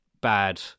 bad